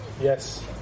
Yes